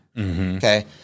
Okay